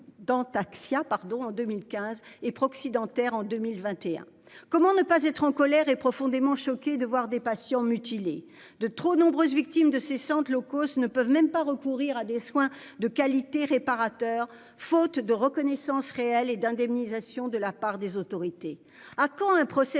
en 2015 et proxy dentaire en 2021. Comment ne pas être en colère et profondément choqué de voir des patients mutilés de trop nombreuses victimes de ces sentent low cost ne peuvent même pas recourir à des soins de qualité réparateur faute de reconnaissance réelle et d'indemnisation de la part des autorités. À quand un procès